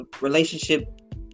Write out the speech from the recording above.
relationship